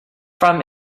from